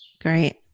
great